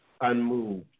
unmoved